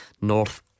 north